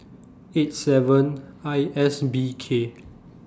eight seven I S B K